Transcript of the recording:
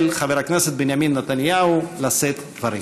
חבר הכנסת בנימין נתניהו לשאת דברים.